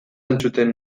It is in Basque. entzuten